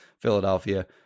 Philadelphia